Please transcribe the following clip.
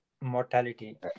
mortality